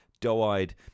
doe-eyed